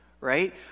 Right